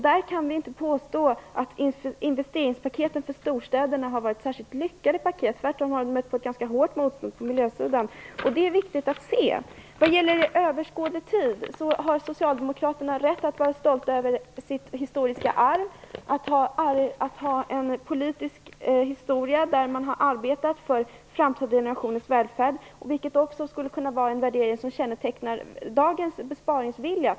Där kan vi inte påstå att investeringspaket för storstäderna har varit särskilt lyckade. Tvärtom har de slagit ganska hårt mot miljön. Det är viktigt att se. Vad gäller överskådlig tid har socialdemokraterna rätt att vara stolta över sitt historiska arv, att ha en politisk historia där man har arbetat för framtida generationers välfärd. Det skulle också kunna vara en värdering som kännetecknar dagens besparingsvilja.